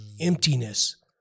emptiness